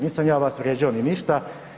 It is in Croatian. Nisam ja vas vrijeđao ni ništa.